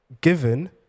given